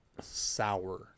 sour